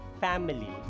family